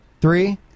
Three